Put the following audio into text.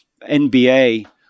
NBA